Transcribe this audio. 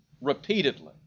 repeatedly